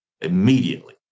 immediately